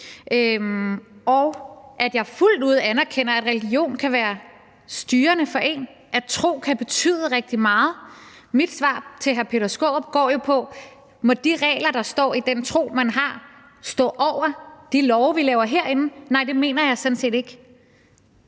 og at jeg fuldt ud anerkender, at religion kan være styrende for en, at tro kan betyde rigtig meget. Mit spørgsmål til hr. Peter Skaarup går jo på: Må de regler, der står i den tro, man har, stå over de love, vi laver herinde? Nej, det mener jeg sådan set ikke.